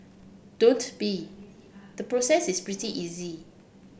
don't be the process is pretty easy